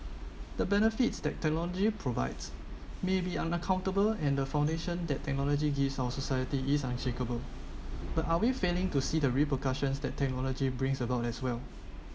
the benefits that technology provides maybe unaccountable and the foundation that technology gives our society is unshakable but are we failing to see the repercussions that technology brings about as well